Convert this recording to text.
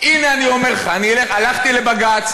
הינה אני אומר לך: אני הלכתי לבג"ץ,